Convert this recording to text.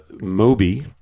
moby